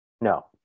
No